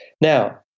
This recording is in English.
Now